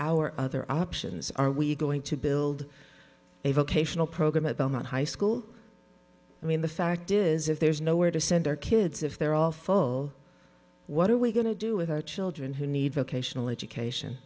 our other options are we going to build a vocational program about high school i mean the fact is if there's nowhere to send our kids if they're all full what are we going to do with our children who need vocational education